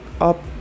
up